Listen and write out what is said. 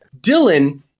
Dylan